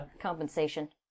Compensation